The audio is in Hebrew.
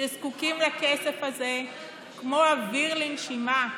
שזקוקים לכסף הזה כמו אוויר לנשימה.